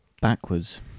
Backwards